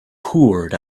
poured